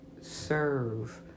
serve